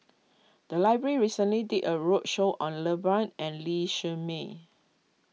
the library recently did a roadshow on Iqbal and Lee Shermay